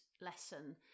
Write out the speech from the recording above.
lesson